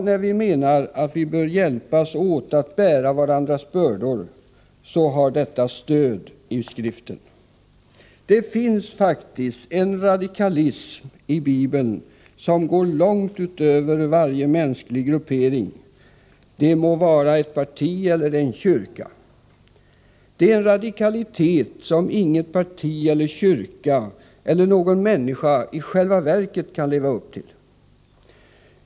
När vi menar att vi bör hjälpas åt att bära varandras bördor, har också detta stöd i skriften. Det finns faktiskt en radikalism i Bibeln som går långt utöver varje mänsklig gruppering, det må vara ett parti eller en kyrka. Det är en radikalitet som inget parti, inte någon kyrka eller någon människa i själva verket kan leva upp till.